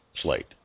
slate